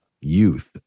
youth